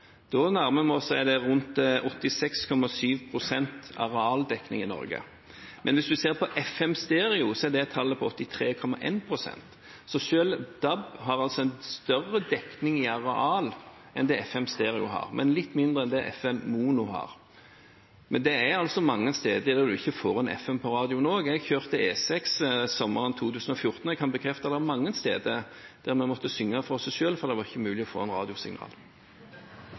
Da nærmer vi oss 86,7 pst. arealdekning i Norge. Men hvis en ser på FM stereo, er tallet 83,1 pst. Selv DAB har altså en større dekning i areal enn det FM stereo har, men litt mindre enn det FM mono har. Det er også mange steder en ikke får inn FM på radioen. Jeg kjørte E6 sommeren 2014, og jeg kan bekrefte at det var mange steder vi måtte synge for oss selv, for det var ikke mulig å få inn radiosignaler. Nå er jeg av dem som liker å synge, også i bil, det kan være ganske kjekt. En